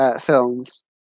films